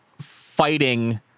fighting